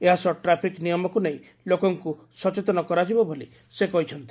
ଏହା ସହ ଟ୍ରାପିକ ନିୟମକୁ ନେଇ ଲୋକଙ୍କୁ ସଚେତନ କରାଯିବ ବୋଲି ସେ କହିଛନ୍ତି